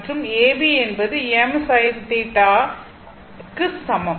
மற்றும் A B என்பது m sin க்கு சமம்